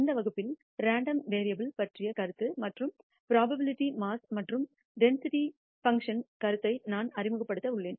இந்த வகுப்பில் random variable பற்றிய கருத்து மற்றும் புரோபாபிலிடி மாஸ் மற்றும் டென்சிட்டி பங்க்ஷன்களின் கருத்தை நான் அறிமுகப்படுத்த உள்ளேன்